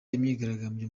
imyigaragambyo